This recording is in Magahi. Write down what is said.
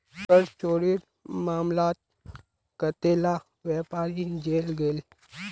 कर चोरीर मामलात कतेला व्यापारी जेल गेल